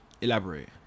elaborate